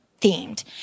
themed